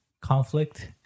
conflict